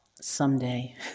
someday